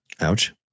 ouch